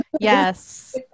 Yes